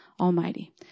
Almighty